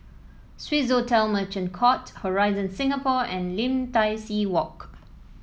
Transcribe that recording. Swissotel Merchant Court Horizon Singapore and Lim Tai See Walk